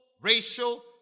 racial